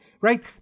right